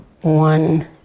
one